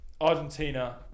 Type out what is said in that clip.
Argentina